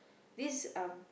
this um